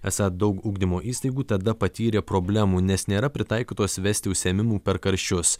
esą daug ugdymo įstaigų tada patyrė problemų nes nėra pritaikytos vesti užsiėmimų per karščius